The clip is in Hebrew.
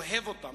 אוהב אותה,